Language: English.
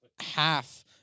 half